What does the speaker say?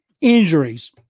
Injuries